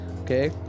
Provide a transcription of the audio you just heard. Okay